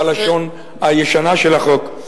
בלשון הישנה של החוק.